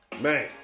Man